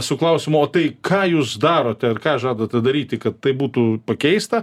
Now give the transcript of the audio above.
su klausimu o tai ką jūs darote ar ką žadate daryti kad tai būtų pakeista